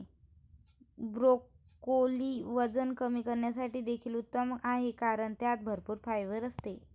broccoli वजन कमी करण्यासाठी देखील उत्तम आहे कारण त्यात भरपूर फायबर असते